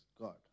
God